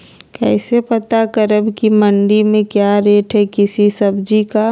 कैसे पता करब की मंडी में क्या रेट है किसी सब्जी का?